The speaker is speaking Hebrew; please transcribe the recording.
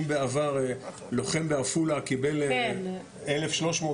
אם בעבר לוחם בעפולה קיבל אלף שלוש מאות